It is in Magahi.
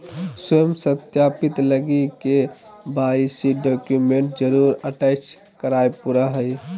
स्व सत्यापित लगी के.वाई.सी डॉक्यूमेंट जरुर अटेच कराय परा हइ